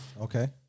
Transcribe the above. Okay